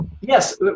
Yes